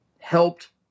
helped